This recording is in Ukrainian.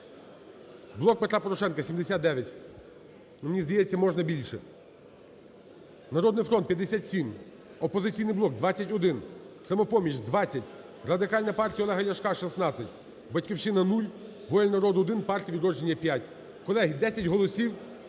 "Блок Петра Порошенка" – 79, мені здається, можна більше, "Народний фронт" – 57, "Опозиційний блок" – 21, "Самопоміч" – 20, Радикальна партія Олега Ляшка – 16, "Батьківщина" – 0, "Воля народу" – 1, "Партія "Відродження" – 5. Колеги, 10 голосів.